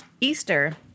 Easter